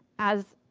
as